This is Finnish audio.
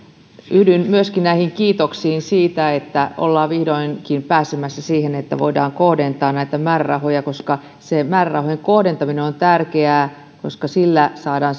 yhdyn myöskin kiitoksiin siitä että olemme vihdoinkin pääsemässä siihen että voimme kohdentaa näitä määrärahoja sillä määrärahojen kohdentaminen on tärkeää koska sillä saadaan